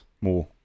more